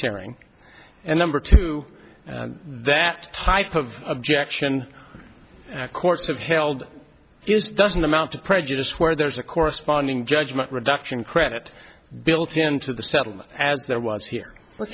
sharing and number two that type of objection courts have held is doesn't amount to prejudice where there's a corresponding judgment reduction credit built into the settlement as there was here